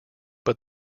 but